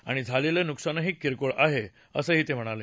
आणि झालेलं नुकसानही किरकोळ आहे असं ते म्हणाले